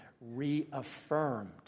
reaffirmed